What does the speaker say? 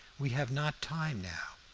we have not time now.